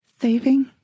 Saving